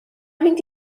mynd